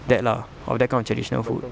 that lah of that kind of traditional food